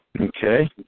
Okay